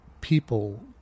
people